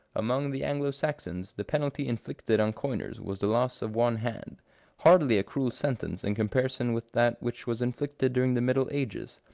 among the anglo-saxons the penalty inflicted on coiners was the loss of one hand hardly a cruel sentence in comparison with that which was inflicted during the middle ages,